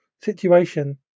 situation